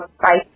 Bye